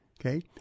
okay